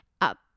up